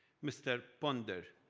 mr. ponder,